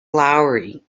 lowry